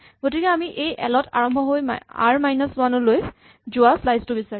গতিকে আমি এই এল ত আৰম্ভ হৈ আৰ মাইনাচ ৱান লৈকে যোৱা স্লাইচ টো বিচাৰিম